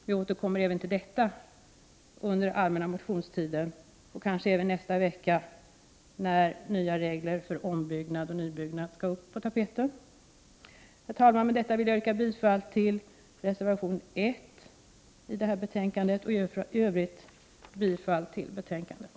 Vi återkommer till detta under den allmänna motionstiden och kanske även nästa vecka, då nya regler för ombyggnad och nybyggnad kommer på tapeten. Herr talman! Med detta yrkar jag bifall till reservation 1 och i övrigt till utskottets hemställan.